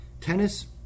tennis